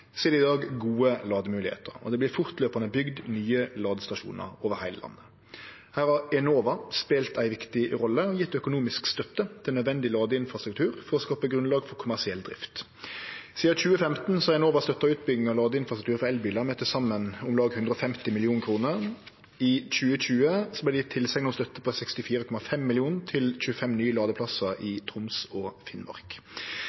i dag gode lademoglegheiter, og det vert fortløpande bygd nye ladestasjonar over heile landet. Her har Enova spelt ei viktig rolle og gjeve økonomisk støtte til nødvendig ladeinfrastruktur for å skape grunnlag for kommersiell drift. Sidan 2015 har Enova støtta utbygging av ladeinfrastruktur for elbilar med til saman om lag 150 mill. kr. I 2020 vart det gjeve tilsegn om støtte på 64,5 mill. kr til 25 nye ladeplassar